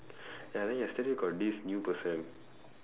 ya then yesterday got this new person